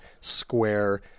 square